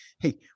Hey